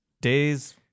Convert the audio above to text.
days